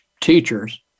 teachers